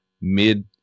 mid